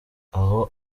aho